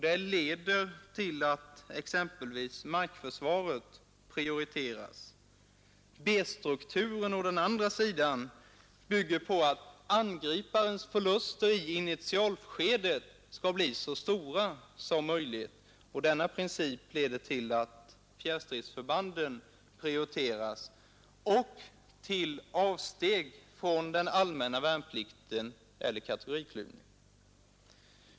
Det leder till att exempelvis markförsvaret prioriteras. B-strukturen bygger på att angriparens förluster i initialskedet skall bli så stora som möjligt. Den principen leder till att fjärrstridsförbanden prioriteras och till avsteg från den allmänna värnplikten eller till kategoriklyvning.